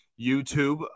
youtube